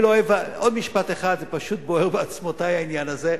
עוד משפט אחד, פשוט בוער בעצמותי העניין הזה: